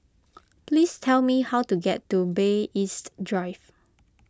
please tell me how to get to Bay East Drive